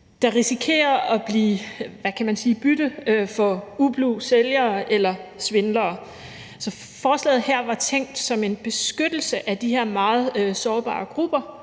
der risikerer at blive bytte for ublu sælgere eller svindlere. Så forslaget her var tænkt som en beskyttelse af de her meget sårbare grupper